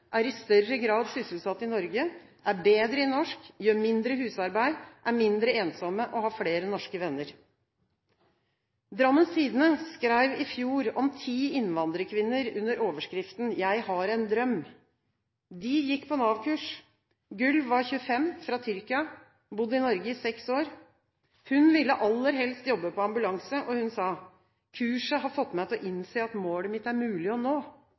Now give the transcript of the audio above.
er i større grad sysselsatt i Norge, er bedre i norsk, gjør mindre husarbeid, er mindre ensomme og har flere norske venner. Drammens Tidende skrev i fjor om ti innvandrerkvinner, under overskriften: «Jeg har en drøm.» De gikk på Nav-kurs. Gül var 25 år, fra Tyrkia, hadde bodd i Norge i seks år. Hun ville aller helst jobbe på ambulanse. Hun sa: «Kurset har fått meg til å innse at målet mitt er mulig å nå.»